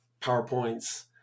PowerPoints